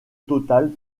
total